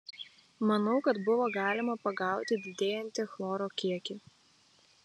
manau kad buvo galima pagauti didėjantį chloro kiekį